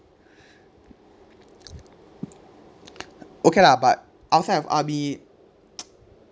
okay lah but outside of army